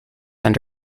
and